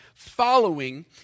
Following